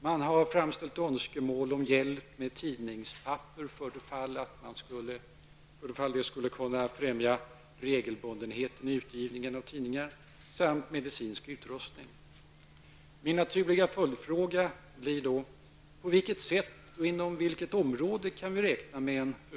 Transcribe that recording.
Man har framställt önskemål om hjälp med tidningspapper för det fall det skulle kunna främja regelbundenheten i utgivningen av tidningar, och man har framfört önskemål om medicinsk utrustning. Min naturliga följdfråga blir: På vilket sätt och inom vilket område kan vi räkna med en förstärkning?